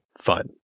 fun